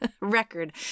Record